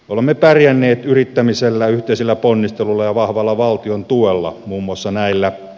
olemme pärjänneet yrittämisellä yhteisillä ponnisteluilla ja vahvalla valtion tuella muun muassa näillä